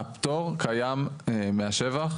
הפטור קיים מהשבח,